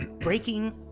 breaking